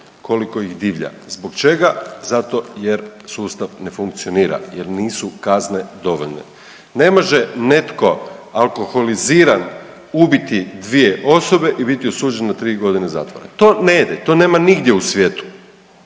koliko ih divlja. Zbog čega? Zato jer sustav ne funkcionira jer nisu kazne dovoljne. Ne može netko alkoholiziran ubiti dvije osobe i biti osuđen na tri godine zatvora, to ne ide, to nema nigdje u svijetu